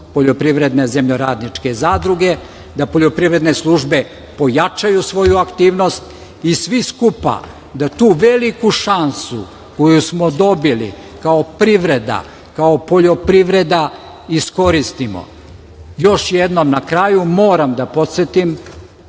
poljoprivredne zemljoradničke zadruge, da poljoprivredne službe pojačaju svoju aktivnost i svi skupa da tu veliku šansu koju smo dobili kao privreda, kao poljoprivreda, iskoristimo. Još jednom na kraju moram da podsetim,